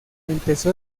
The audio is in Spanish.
empezó